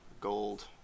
gold